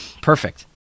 Perfect